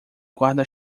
guarda